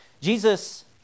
Jesus